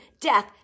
death